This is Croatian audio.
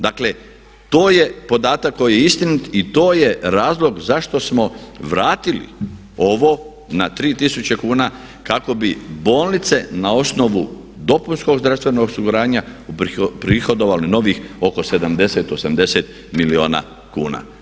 Dakle to je podatak koji je istinit i to je razlog zašto smo vratili ovo na 3 tisuće kuna kako bi bolnice na osnovu dopunskog zdravstvenog osiguranja uprihodovali novih oko 70, 80 milijuna kuna.